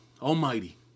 Almighty